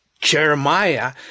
Jeremiah